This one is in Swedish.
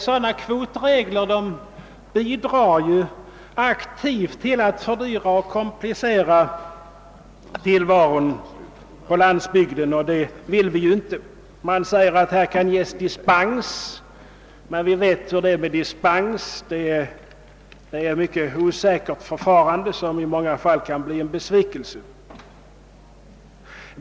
Sådana kvotregler bidrar aktivt till att fördyra och komplicera tillvaron på landsbygden. Man säger att här kan ges dispens, men vi vet ju hur det blir med det — det är ett mycket osäkert förfarande, som i många fall leder till besvikelse.